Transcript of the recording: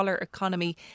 economy